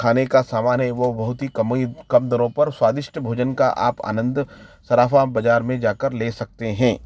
खाने का समान है वो बहुत ही कम कम दरों पर स्वादिष्ट भोजन का आप आनंद सराफा बाजार में जाकर ले सकते हैं